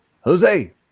jose